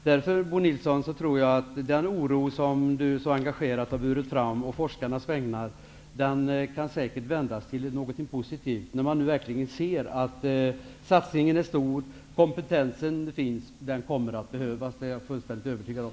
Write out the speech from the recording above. Därför tror jag att den oro som Bo Nilsson så engagerat har burit fram å forskarnas vägnar säkert kan vändas till någonting positivt, när man nu verkligen ser att satsningen är stor och att kompetensen finns. Den kommer att behövas. Det är jag fullständigt övertygad om.